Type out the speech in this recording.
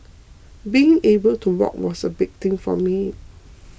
being able to walk was a big thing for me